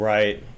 Right